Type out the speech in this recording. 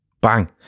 Bang